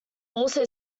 also